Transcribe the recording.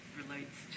relates